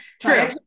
True